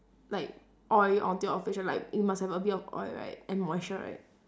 like oil onto your face like you must have a bit of oil right and moisture right